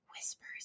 whispers